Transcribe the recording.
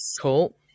Cool